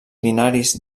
binaris